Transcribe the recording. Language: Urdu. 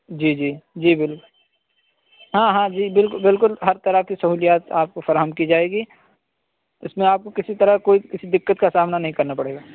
جی جی جی بل ہاں ہاں جی بالکل بالکل ہر طرح کی سہولیات آپ کو فراہم کی جائے گی اس میں آپ کو کسی طرح کا کوئی کسی دقت کا سامنا نہیں کرنا پڑے گا